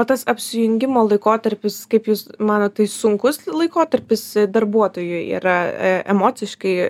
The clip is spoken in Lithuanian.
o tas apsijungimo laikotarpis kaip jūs manot tai sunkus laikotarpis darbuotojui yra e emociškai